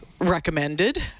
Recommended